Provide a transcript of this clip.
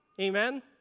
Amen